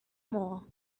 more